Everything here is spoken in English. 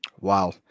Wow